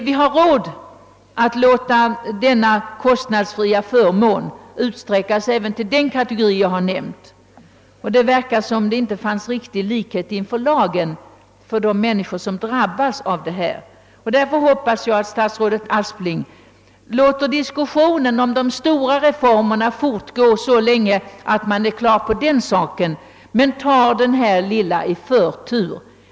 Vi har råd att låta denna kostnadsfria förmån utsträckas även till den kategori jag har nämnt. Det verkar som om det inte fanns riktig likhet inför lagen för de människor som drabbas i detta sammanhang. Därför hoppas jag att statsrådet Aspling låter diskussionen om de stora reformerna fortgå till dess man klarat den saken, men att han tar denna lilla reform i förtur.